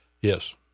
Yes